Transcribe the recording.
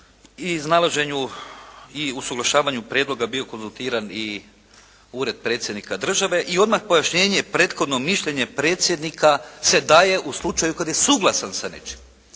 i usuglašavanju prijedloga bio konzultiran i Ured Predsjednika države i odmah pojašnjenje prethodno mišljenje predsjednika se daje u slučaju kad je suglasan sa nečim.